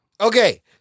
Okay